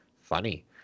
funny